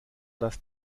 das